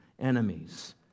enemies